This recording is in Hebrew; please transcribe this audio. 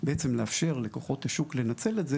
בעצם לאפשר לכוחות השוק לנצל את זה,